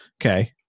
Okay